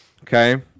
okay